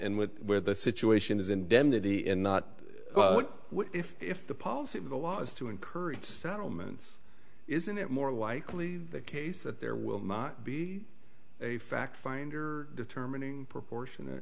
in with where the situation is indemnity and not well if the policy of the law is to encourage settlements isn't it more likely the case that there will not be a fact finder determining proportionate